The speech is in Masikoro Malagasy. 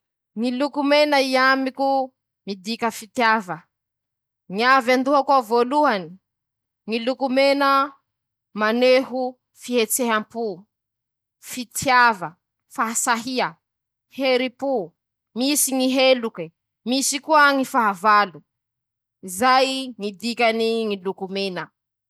Ñ'alika ñ'ahy ro teako fa tsy ñy piso, ñ'antone: -ñ'alika afaky miaro an-teña, afaky miamby an-teña ey, afaky manao ñy raha tean-teña ampanavy azy ;ñ'alika koa, mora ampianary, manan-tsay ñ'alika fa tsy manam-pañahy.